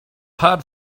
hard